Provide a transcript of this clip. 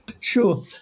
Sure